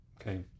okay